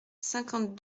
cinquante